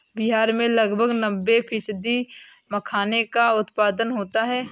बिहार में लगभग नब्बे फ़ीसदी मखाने का उत्पादन होता है